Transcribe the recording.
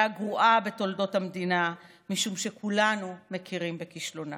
הגרועה בתולדות המדינה משום שכולנו מכירים בכישלונה.